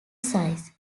size